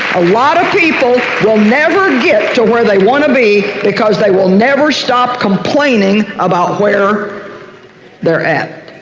a lot of people will never get to where they want to be because they will never stop complaining about where they're at,